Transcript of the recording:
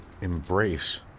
embrace